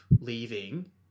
leaving